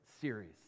series